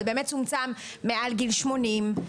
ובאמת צומצם מעל גיל שמונים.